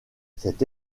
cette